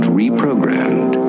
reprogrammed